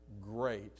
great